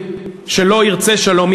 שירצה שלום,